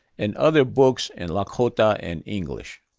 and other books in lakota and english.